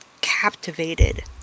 captivated